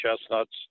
chestnuts